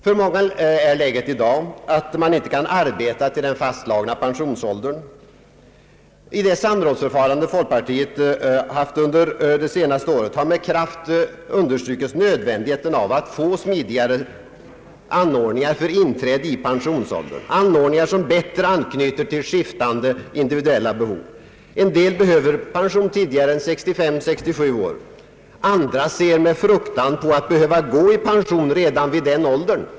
För många är läget i dag att de inte kan arbeta till den fastslagna pensionsåldern. I det samrådsförfarande folkpartiet haft under det senaste året har med kraft understrukits nödvändigheten av att få smidigare anordningar för inträde i pensionsåldern, anordningar som bättre anknyter till skiftande individuella behov. En del behöver pension tidigare än 65—567 år. Andra ser med fruktan på att behöva gå i pension redan vid den åldern.